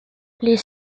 les